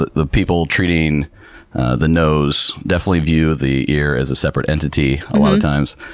the the people treating the nose definitely view the ear as a separate entity a lot of times.